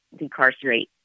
decarcerate